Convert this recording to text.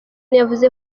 yavuze